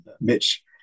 mitch